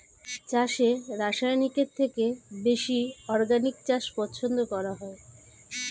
চাষে রাসায়নিকের থেকে বেশি অর্গানিক চাষ পছন্দ করা হয়